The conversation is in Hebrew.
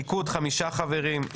ליכוד חמישה חברים,